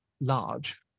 large